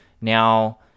Now